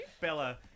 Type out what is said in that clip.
Bella